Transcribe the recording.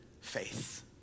faith